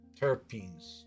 terpenes